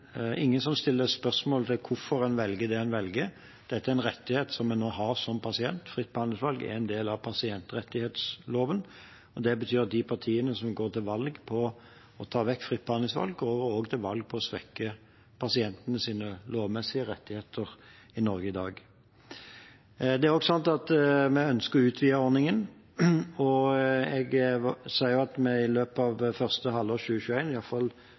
velger det en velger, dette er en rettighet en nå har som pasient. Fritt behandlingsvalg er en del av pasientrettighetsloven. Det betyr at de partiene som går til valg på å ta vekk fritt behandlingsvalg, går også til valg på å svekke pasientenes lovmessige rettigheter i Norge i dag. Det er også sånn at vi ønsker å utvide ordningen. Jeg sier at vi i løpet av første halvår 2021 iallfall